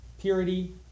purity